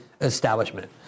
establishment